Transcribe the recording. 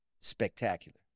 spectacular